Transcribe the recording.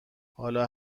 حالا